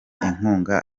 inkunga